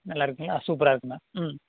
நல்லா இருக்குதுங்களா சூப்பராக இருக்குதுங்க ம்